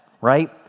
right